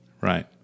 Right